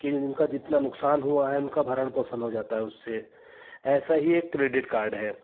कि इनका जितना नुकसान हुआ है उनका भरण पोषण हो जाता है उससे ऐसा ही एक क्रेडिट कार्ड है